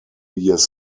years